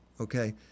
Okay